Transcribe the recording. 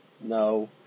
No